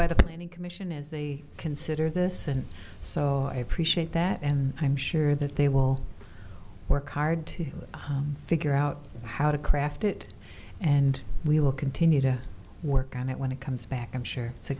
by the planning commission as they consider this and so i appreciate that and i'm sure that they will work hard to figure out how to craft it and we will continue to work on it when it comes back i'm sure it's a